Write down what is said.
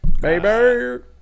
Baby